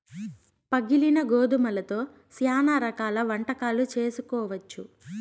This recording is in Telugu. పగిలిన గోధుమలతో శ్యానా రకాల వంటకాలు చేసుకోవచ్చు